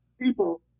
people